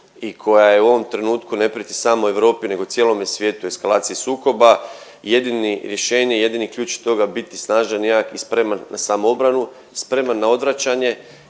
i koja u ovom trenutku ne prijeti samo Europi, nego cijelome svijetu, eskalaciji sukoba. Jedini rješenje, jedini ključ će toga biti snažan, jak i spreman na samoobranu, spreman na odvraćanje